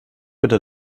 bitte